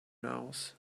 knows